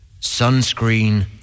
...sunscreen